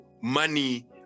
money